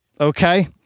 okay